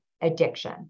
Addiction